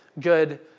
good